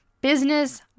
business